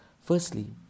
Firstly